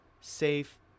safe